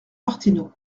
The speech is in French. martino